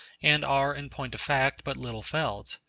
and are, in point of fact, but little felt.